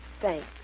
Thanks